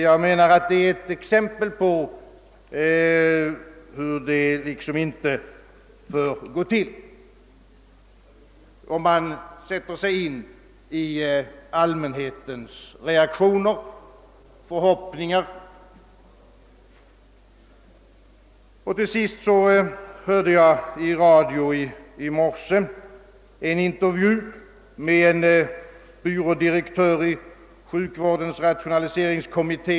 Med tanke på allmänhetens reaktioner och förhoppningar är detta ett exempel på hur det hela inte bör få gå till. Jag lyssnade i morse till en radiointervju med en byrådirektör i sjukvårdens rationaliseringskommitté.